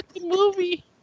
movie